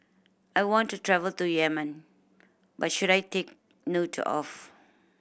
I want to travel to Yemen what should I take note of